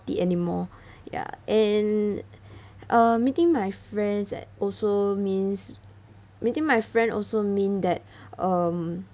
party anymore ya and uh meeting my friends at also means meeting my friend also mean that um